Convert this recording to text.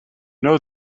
know